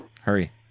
Hurry